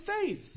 faith